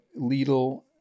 Lidl